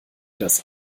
das